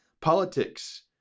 politics